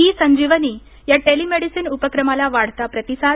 E Sanjeevani या telemedicine उपक्रमाला वाढता प्रतिसाद